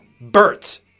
Bert